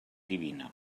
divina